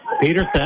Peterson